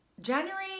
January